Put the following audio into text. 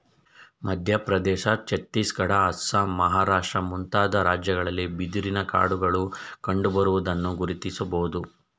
ಮಧ್ಯಪ್ರದೇಶ, ಛತ್ತೀಸ್ಗಡ, ಅಸ್ಸಾಂ, ಮಹಾರಾಷ್ಟ್ರ ಮುಂತಾದ ರಾಜ್ಯಗಳಲ್ಲಿ ಬಿದಿರಿನ ಕಾಡುಗಳು ಕಂಡುಬರುವುದನ್ನು ಗುರುತಿಸಬೋದು